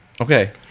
okay